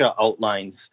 outlines